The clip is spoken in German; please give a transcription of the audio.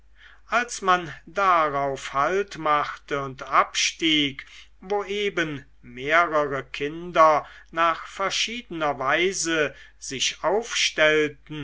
als man darauf haltmachte und abstieg wo eben mehrere kinder nach verschiedener weise sich aufstellten